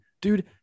dude